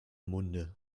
munde